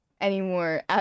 anymore